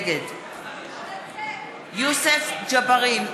נגד יוסף ג'בארין,